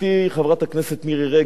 חברת הכנסת מירי רגב,